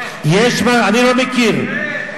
אני לא מכיר.